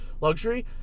luxury